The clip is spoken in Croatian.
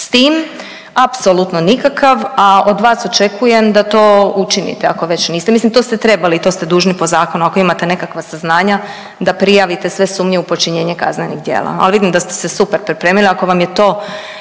s tim, apsolutno nikakav, a od vas očekujem da to učinite ako već niste, mislim to ste trebali i to ste dužni po zakonu ako imate nekakva saznanja da prijavite sve sumnje u počinjenje kaznenih djela, a vidim da ste se super pripremili, ako vam je to